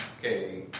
okay